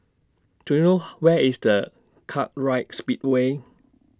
Do YOU know Where IS Kartright Speedway